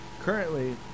currently